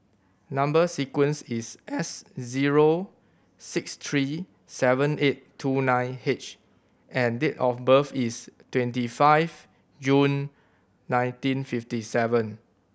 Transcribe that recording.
number sequence is S zero six three seven eight two nine H and date of birth is twenty five June nineteen fifty seven